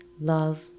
love